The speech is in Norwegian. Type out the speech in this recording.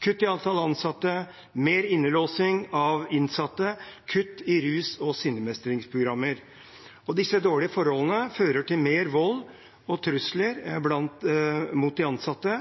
kutt i antall ansatte, mer innlåsing av innsatte, kutt i rus- og sinnemestringsprogrammer. Disse dårlige forholdene fører til mer vold og trusler mot de ansatte,